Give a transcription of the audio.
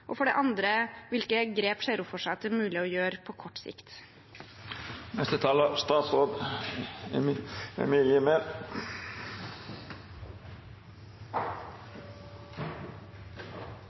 Og for det andre, hvilke grep ser hun for seg at det er mulig å ta på kort